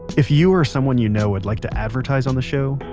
if you or someone you know would like to advertise on the show,